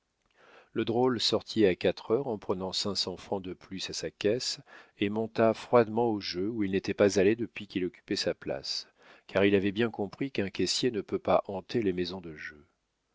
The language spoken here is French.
le drôle sortit à quatre heures en prenant cinq cents francs de plus à sa caisse et monta froidement au jeu où il n'était pas allé depuis qu'il occupait sa place car il avait bien compris qu'un caissier ne peut pas hanter les maisons de jeu